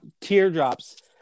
teardrops